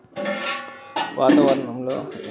వాతావరణంలో మార్పులను తెలుసుకోవడం ఎట్ల?